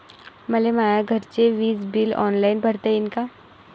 मले माया घरचे विज बिल ऑनलाईन भरता येईन का?